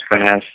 fast